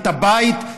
את הבית,